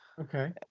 Okay